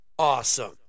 awesome